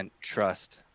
trust